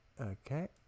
Okay